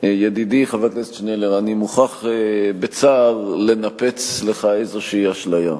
אני מוכרח בצער לנפץ לך איזו אשליה.